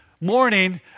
morning